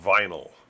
vinyl